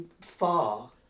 far